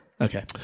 Okay